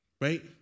Right